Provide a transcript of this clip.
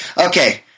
Okay